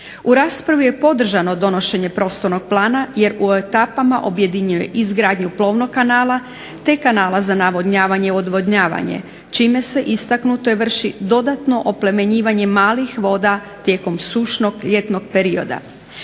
U raspravi je podržano donošenje prostornog plana jer u etapama objedinjuje izgradnju plovnog kanala, te kanala za navodnjavanje i odvodnjavanje čime se istaknuto je vrši dodatno oplemenjivanje malih voda tijekom sušnog ljetnog perioda.